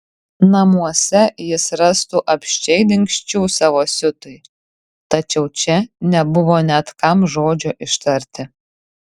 namuose jis rastų apsčiai dingsčių savo siutui tačiau čia nebuvo net kam žodžio ištarti